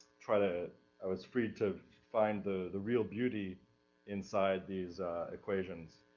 try to i was free to find the, the real beauty inside these equations,